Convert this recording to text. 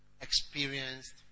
experienced